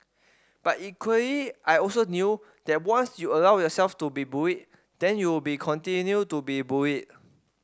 but equally I also knew that once you allow yourself to be bullied then you will be continue to be bullied